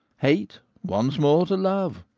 hate once more to love.